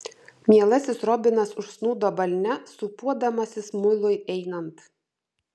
mielasis robinas užsnūdo balne sūpuodamasis mului einant